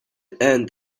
and